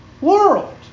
world